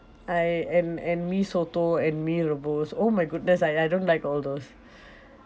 I and and mee soto and mee rebus oh my goodness I I don't like all those